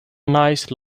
nice